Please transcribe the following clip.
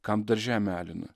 kam dar žemę alina